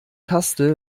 taste